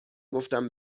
گفتم